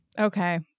Okay